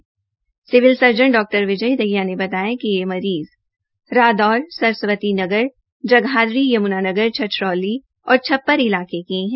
civil surgeon डॉ विजय दहिया ने बताया कि ये मरीज रादौर सरस्वती नगर जगाधरी यम्नानगर छछरौली इलाके के है